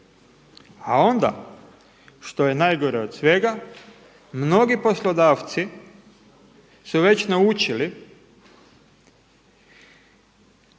A onda što je najgore od svega, mnogi poslodavci su već naučili